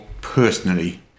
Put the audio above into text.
personally